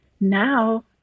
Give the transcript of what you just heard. now